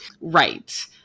Right